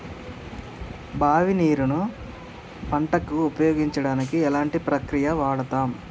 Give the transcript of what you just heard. బావి నీరు ను పంట కు ఉపయోగించడానికి ఎలాంటి ప్రక్రియ వాడుతం?